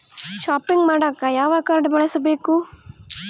Shopping ಮಾಡಾಕ ಯಾವ card ಬಳಸಬೇಕು?